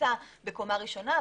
שנמצא בקומה ראשונה,